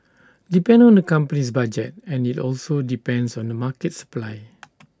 depend on the company's budget and IT also depends on the market supply